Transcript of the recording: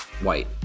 White